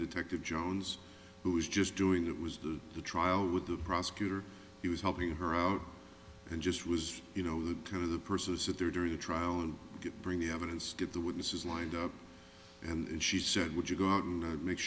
detective jones who is just doing that was the trial with the prosecutor he was helping her out and just was you know the kind of the person sit there during the trial and bring the evidence get the witnesses lined up and she said would you go out and make